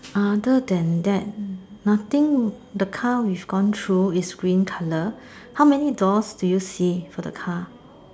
other than that nothing the car we've gone through is green colour how many doors do you see for the car